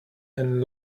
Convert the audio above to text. and